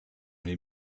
les